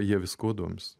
jie viskuo domis